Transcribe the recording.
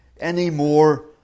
anymore